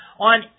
on